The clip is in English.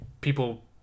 people